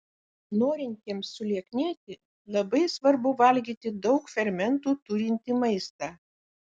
norintiems sulieknėti labai svarbu valgyti daug fermentų turintį maistą